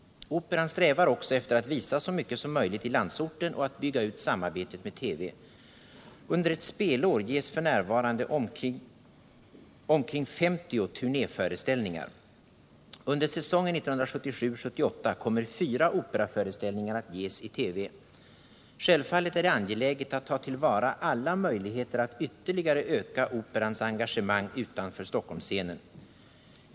Operan strävar också efter att visa så mycket som möjligt i landsorten och att bygga ut samarbetet med TV. Under ett spelår ges f. n. omkring 50 turnéföreställningar. Under säsongen 1977/78 kommer fyra operaföreställningar att ges i TV. Självfallet är det angeläget att ta till vara alla möjligheter att ytterligare öka Operans engagemang utanför Stockholmsscenen.